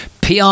PR